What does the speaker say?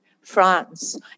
France